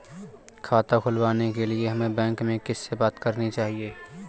खाता खुलवाने के लिए हमें बैंक में किससे बात करनी चाहिए?